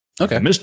Okay